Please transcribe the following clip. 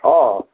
অঁ